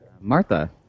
Martha